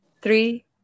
three